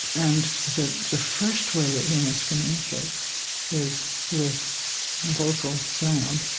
and that the first way that humans communicate is with vocal sound,